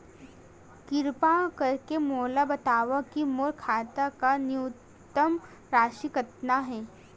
किरपा करके मोला बतावव कि मोर खाता मा न्यूनतम राशि कतना हे